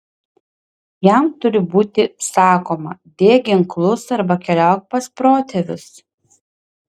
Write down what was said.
jam turi būti sakoma dėk ginklus arba keliauk pas protėvius